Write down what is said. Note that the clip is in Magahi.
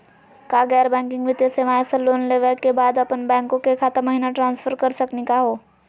का गैर बैंकिंग वित्तीय सेवाएं स लोन लेवै के बाद अपन बैंको के खाता महिना ट्रांसफर कर सकनी का हो?